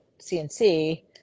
CNC